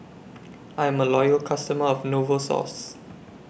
I'm A Loyal customer of Novosource